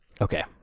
Okay